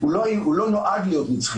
הוא לא נועד להיות נצחי.